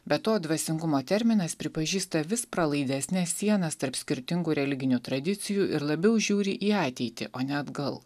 be to dvasingumo terminas pripažįsta vis pralaidesnes sienas tarp skirtingų religinių tradicijų ir labiau žiūri į ateitį o ne atgal